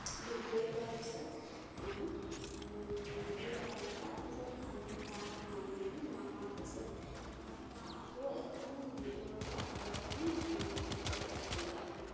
ডিগবৈ পোৱা পিছত আমি ডিগবৈ পালোঁ তাৰপিছত আমি তাত নামিলোঁ নামাৰ পিছত আকৌ এখন ডিগবৈ পোৱা আৰু এখন অ'টত উঠিব লাগিব